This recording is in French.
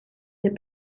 des